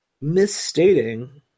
misstating